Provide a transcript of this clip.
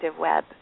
web